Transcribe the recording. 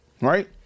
right